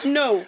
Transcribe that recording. no